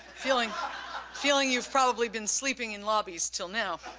feeling feeling you've probably been sleeping in lobbies until now.